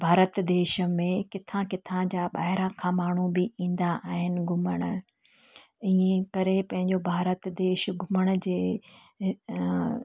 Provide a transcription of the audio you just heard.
भारत देश में किथां किथां जा ॿाहिरां खां माण्हू बि ईंदा आहिनि घुमणु ईअं करे पंहिंजो भारत देश घुमण जे